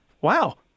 Wow